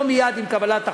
לא מייד עם קבלת החוק,